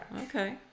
okay